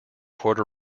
puerto